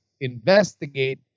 investigate